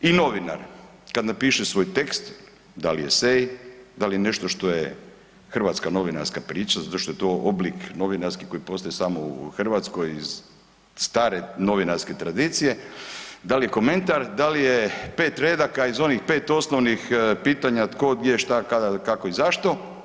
I novinar kad napiše svoj tekst da li esej, da li nešto što je hrvatska novinarska priča zato što je to oblik novinarski koji postoji samo u Hrvatskoj iz stare novinarske tradicije, da li je komentar, da li je pet redaka iz onih pet osnovnih pitanja tko, gdje, šta, kada, kako i zašto.